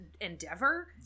endeavor